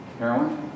Heroin